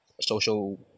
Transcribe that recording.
social